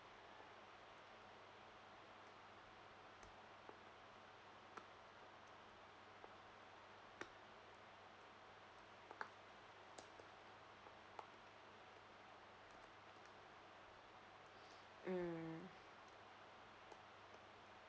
mm